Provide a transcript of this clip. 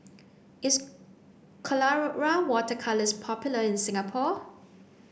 is Colora water colours popular in Singapore